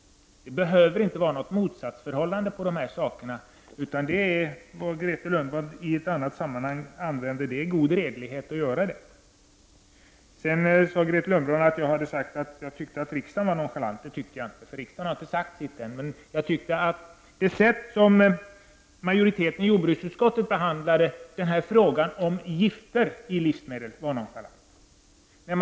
Det behöver inte råda något motsatsförhållande här, utan det är, som Grethe Lundblad uttryckte det i ett annat sammanhang, ''god redlighet'' att värna också om producenterna. Grethe Lundblad påstod vidare att jag hade sagt att jag tyckte att riksdagen var nonchalant. Det tyckter jag inte, för riksdagen har ännu inte uttalat sin mening. Men jag tycker att det sätt på vilket majoriteten i jordbruksutskottet behandlade frågan om gifter i livsmedel var nonchalant.